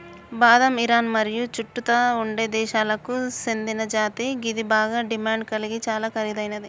బాదం ఇరాన్ మరియు చుట్టుతా ఉండే దేశాలకు సేందిన జాతి గిది బాగ డిమాండ్ గలిగి చాలా ఖరీదైనది